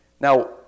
Now